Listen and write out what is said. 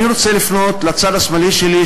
אני רוצה לפנות לצד השמאלי שלי,